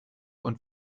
und